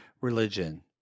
religion